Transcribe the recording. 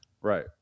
Right